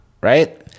right